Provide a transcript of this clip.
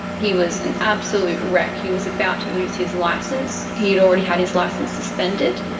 he was an absolute wreck, he was about to lose his licence, he had already had his licence suspended,